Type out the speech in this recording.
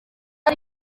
ari